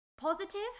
Positive